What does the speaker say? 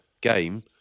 game